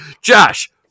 Josh